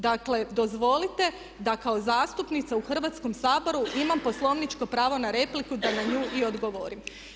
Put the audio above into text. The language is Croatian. Dakle, dozvolite da kao zastupnica u Hrvatskom saboru imam poslovničko pravo na repliku da na nju i odgovorim.